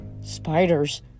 spiders